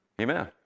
Amen